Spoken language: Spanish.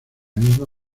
misma